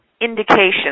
indication